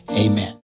Amen